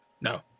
no